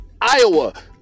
Iowa